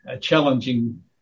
challenging